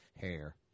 hair